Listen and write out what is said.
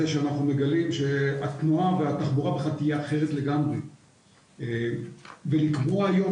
שאנחנו מגלים שהתנועה והתחבורה בכלל יהיו אחרות לגמרי ולקבוע היום